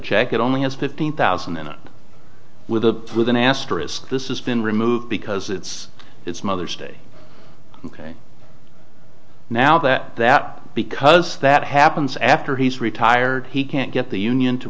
check it only has fifteen thousand in it with a with an asterisk this is been removed because it's it's mother's day ok now that that because that happens after he's retired he can't get the union to